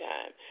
Time